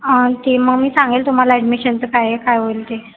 हां ती मग मी सांगेन तुम्हाला ॲडमिशनचं काय आहे काय होईल ते